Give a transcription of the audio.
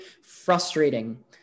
frustrating